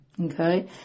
Okay